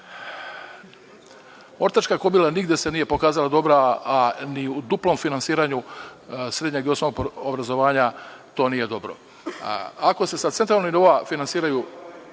Ortačka kobila nigde se nije pokazala dobro, ni u duplom finansiranju srednjeg i osnovnog obrazovanja. Ako se sa centralnog nivoa finansiraju